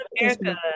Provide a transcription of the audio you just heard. America